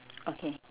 okay